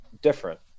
Different